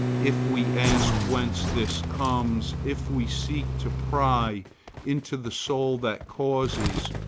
if we ask whence this comes, if we seek to pry into the soul that causes,